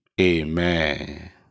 Amen